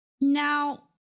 Now